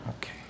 Okay